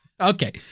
Okay